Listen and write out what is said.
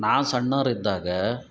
ನಾವು ಸಣ್ಣವರಿದ್ದಾಗ